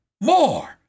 more